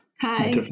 Hi